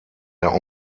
der